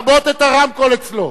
לכבות את הרמקול אצלו.